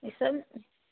ई सब